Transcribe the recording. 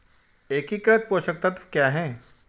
एकीकृत पोषक तत्व क्या है?